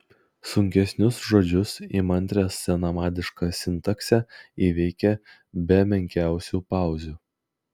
sunkesnius žodžius įmantrią senamadišką sintaksę įveikė be menkiausių pauzių